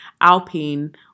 Alpine